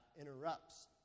interrupts